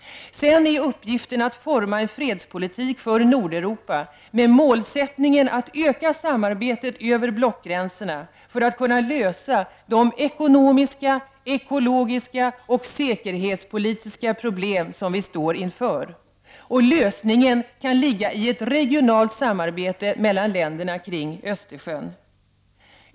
Sedan är uppgiften att forma en fredspolitik för Nordeuropa med målsättningen att öka samarbetet över blockgränserna för att kunna lösa de ekonomiska, ekologiska och säkerhetspolitiska problem som vi står inför. Lösningen kan ligga i ett regionalt samarbete mellan länderna kring Östersjön.